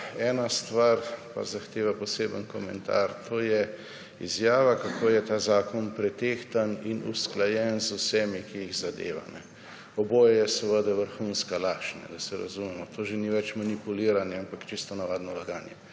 Ena stvar pa zahteva poseben komentar. To je izjava kako je ta zakon pretehtan in usklajen z vsemi, ki jih zadeva. Oboje je seveda vrhunska laž, da se razumemo. To že ni več manipuliranje, ampak čisto navadno laganje.